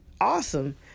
awesome